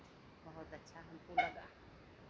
बहुत अच्छा हमको लगा